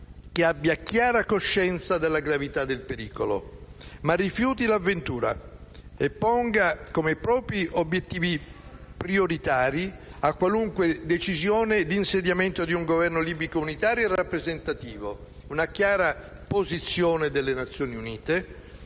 che abbia chiara coscienza della gravità del pericolo, ma rifiuti l'avventura e ponga come propri obiettivi prioritari a qualunque decisione l'insediamento di un Governo libico unitario e rappresentativo, una chiara posizione delle Nazioni Unite,